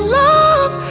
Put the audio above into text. love